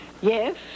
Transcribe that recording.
Yes